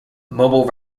mobile